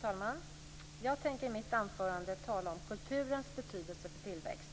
talman! Jag tänker i mitt anförande tala om kulturens betydelse för tillväxt.